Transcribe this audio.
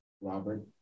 Robert